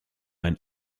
einen